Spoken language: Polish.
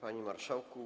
Panie Marszałku!